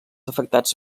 afectats